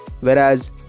whereas